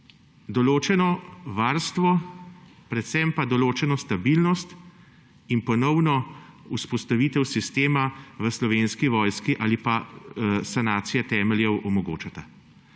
določeno varstvo, predvsem pa določeno stabilnost in ponovno vzpostavitev sistema v Slovenski vojski ali pa sanacije temeljev. Vemo, da